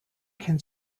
can